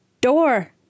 Door